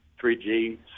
3G